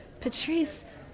Patrice